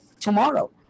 tomorrow